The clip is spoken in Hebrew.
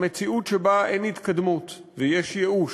המציאות שבה אין התקדמות, ויש ייאוש,